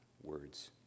words